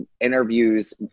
interviews